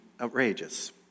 outrageous